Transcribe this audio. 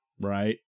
right